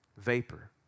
Vapor